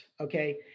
Okay